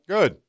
Good